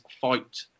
fight